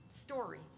story